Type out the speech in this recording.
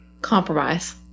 Compromise